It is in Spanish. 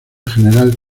general